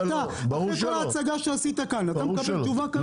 אחרי כל ההצגה שעשית כאן, אתה מקבל תשובה כזאת?